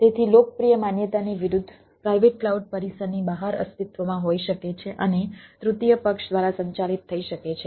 તેથી લોકપ્રિય માન્યતાની વિરુદ્ધ પ્રાઇવેટ ક્લાઉડ પરિસરની બહાર અસ્તિત્વમાં હોઈ શકે છે અને તૃતીય પક્ષ દ્વારા સંચાલિત થઈ શકે છે